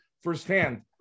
firsthand